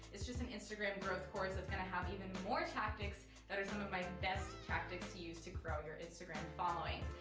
it's just an instagram growth course. it's gonna have even more tactics that are some of my best tactics to use to grow your instagram following.